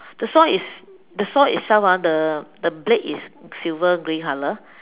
the saw is the saw itself ah the the blade is silver grey color